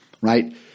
right